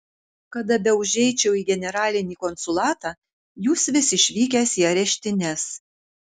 kada beužeičiau į generalinį konsulatą jūs vis išvykęs į areštines